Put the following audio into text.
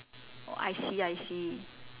oh I see I see